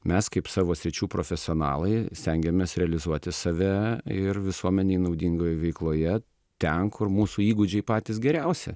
mes kaip savo sričių profesionalai stengiamės realizuoti save ir visuomenei naudingoj veikloje ten kur mūsų įgūdžiai patys geriausi